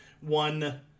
one